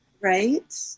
Right